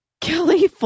Kelly